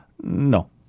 no